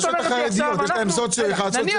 הרשויות החרדיות יש להן סוציו 1,